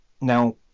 now